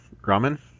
Ramen